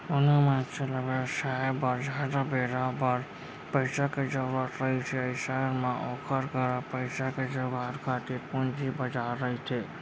कोनो मनसे ल बेवसाय बर जादा बेरा बर पइसा के जरुरत रहिथे अइसन म ओखर करा पइसा के जुगाड़ खातिर पूंजी बजार रहिथे